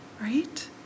right